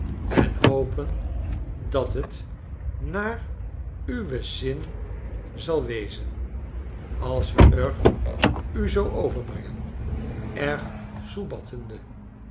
en hopen dat t naar uwes zin zal wezen als we r u zoo overbrengen